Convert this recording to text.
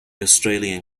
australian